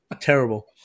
Terrible